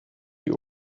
you